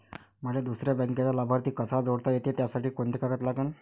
मले दुसऱ्या बँकेचा लाभार्थी कसा जोडता येते, त्यासाठी कोंते कागद लागन?